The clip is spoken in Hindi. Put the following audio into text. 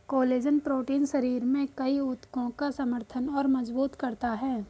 कोलेजन प्रोटीन शरीर में कई ऊतकों का समर्थन और मजबूत करता है